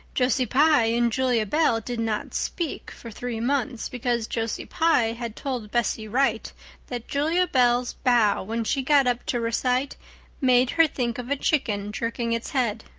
josie pye and julia bell did not speak for three months, because josie pye had told bessie wright that julia bell's bow when she got up to recite made her think of a chicken jerking its head,